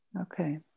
Okay